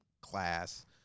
class